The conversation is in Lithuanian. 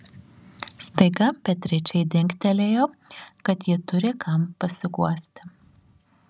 staiga beatričei dingtelėjo kad ji turi kam pasiguosti